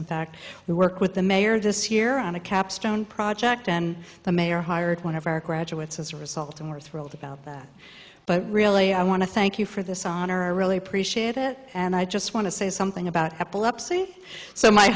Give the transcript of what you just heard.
in fact we work with the mayor this year on a capstone project and the mayor hired one of our graduates as a result and we're thrilled about that but really i want to thank you for this honor i really appreciate it and i just want to say something about epilepsy so my